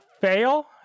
fail